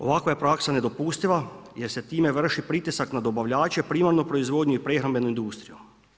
Ovakva je praksa nedopustiva jer se time vrši pritisak na dobavljače primarnu proizvodnju i prehrambenu industriju.